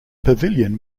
pavilion